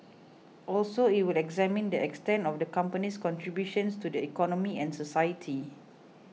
also it will examine the extent of the company's contributions to the economy and society